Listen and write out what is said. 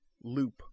loop